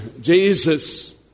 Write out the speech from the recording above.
Jesus